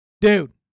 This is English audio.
Dude